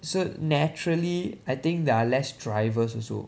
so naturally I think there are less drivers also